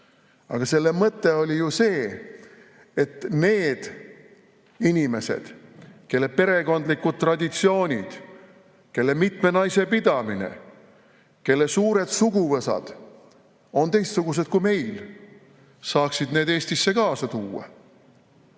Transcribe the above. Aga selle mõte oli ju see, et need inimesed, kelle perekondlikud traditsioonid, kelle mitme naise pidamine, kelle suured suguvõsad on teistsugused kui meil, saaksid [oma sugulased] Eestisse kaasa tuua.